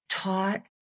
Taught